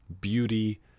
beauty